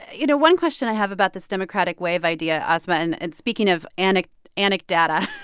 you know, one question i have about this democratic wave idea, asma, and and speaking of and anecdata,